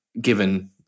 given